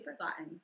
forgotten